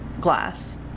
glass